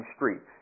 Street